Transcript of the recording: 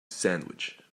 sandwich